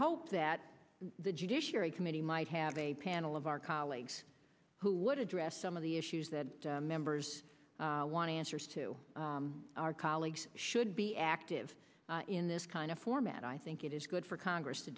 hope that the judiciary committee might have a panel of our colleagues who would address some of the issues that members want answers to our colleagues should be active in this kind of format i think it is good for congress to